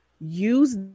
use